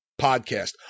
Podcast